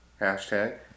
hashtag